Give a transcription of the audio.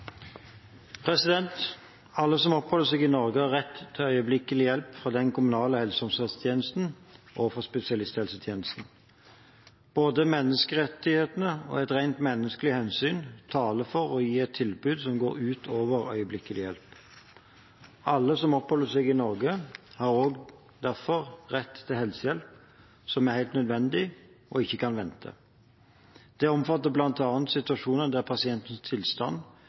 Alle som oppholder seg i Norge, har rett til øyeblikkelig hjelp fra den kommunale helse- og omsorgstjenesten og fra spesialisthelsetjenesten. Både menneskerettighetene og et rent menneskelig hensyn taler for å gi et tilbud som går utover øyeblikkelig hjelp. Alle som oppholder seg i Norge, har derfor rett til helsehjelp som er helt nødvendig og ikke kan vente. Det omfatter bl.a. situasjoner der pasientens tilstand